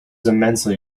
immensely